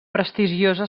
prestigiosa